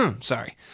Sorry